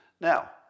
Now